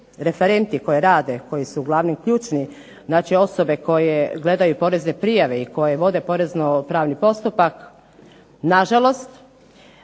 referenti koji rade, koji su glavne i ključne znači osobe koje gledaju porezne prijave i koje vode porezno-pravni postupak nažalost